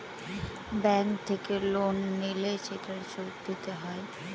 bank থেকে loan নিলে সেটার সুদ দিতে হয়